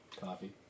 Coffee